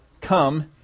come